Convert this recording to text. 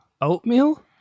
Oatmeal